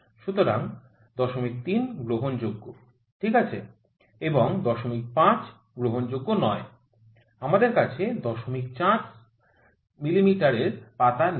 সুতরাং ০৩ গ্রহণযোগ্য ঠিক আছে এবং ০৫ গ্রহণযোগ্য নয় আমাদের কাছে 04 মিমি র পাতা নেই